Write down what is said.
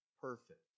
perfect